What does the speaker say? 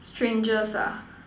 strangers ah